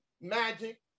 Magic